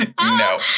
no